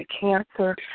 cancer